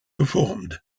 performed